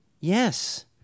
yes